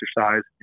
exercise